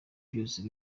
byose